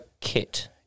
kit